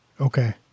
Okay